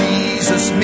Jesus